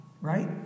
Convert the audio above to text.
right